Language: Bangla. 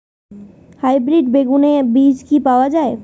হাইব্রিড বেগুনের বীজ কি পাওয়া য়ায়?